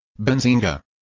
Benzinga